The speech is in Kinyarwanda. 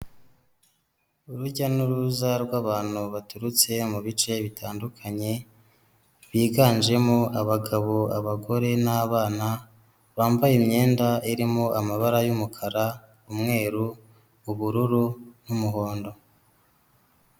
Urujya n'uruza rw'abantu baturutse mu bice bitandukanye, biganjemo abagabo, abagore n'abana, bambaye imyenda irimo amabara y'umukara, umweru, ubururu n'umuhondo.